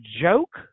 joke